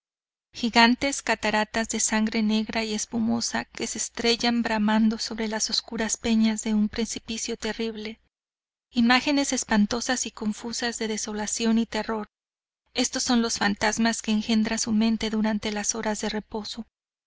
gigantes cataratas de sangre negra y espumosa que se estrellan bramando sobre las oscuras peñas de un precipicio terrible imágenes espantosas y confusas de desolación y terror estos son los fantasmas que engendra su mente durante las horas del reposo